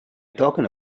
talking